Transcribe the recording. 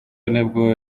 nibwo